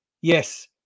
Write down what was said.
Yes